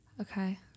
Okay